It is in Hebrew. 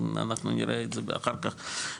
אנחנו נראה את זה גם כן אחר כך בהמשך.